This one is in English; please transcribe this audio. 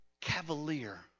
cavalier